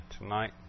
tonight